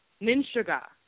Ninshaga